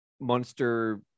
monster